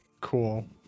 Cool